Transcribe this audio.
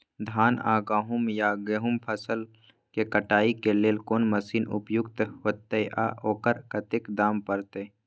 धान आ गहूम या गेहूं फसल के कटाई के लेल कोन मसीन उपयुक्त होतै आ ओकर कतेक दाम परतै?